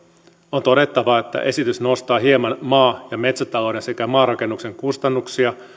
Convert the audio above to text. on todettava että esitys nostaa hieman maa ja metsätalouden sekä maarakennuksen kustannuksia